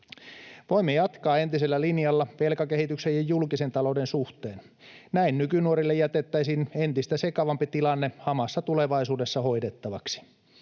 Voimme jatkaa entisellä linjalla velkakehityksen ja julkisen talouden suhteen. Näin nykynuorille jätettäisiin entistä sekavampi tilanne hamassa tulevaisuudessa hoidettavaksi.